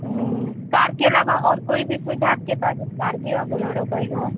car के अलावा और कोई भी सुविधा आपके पास स्कार्पियो बुलेरो कोई हो